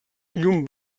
llum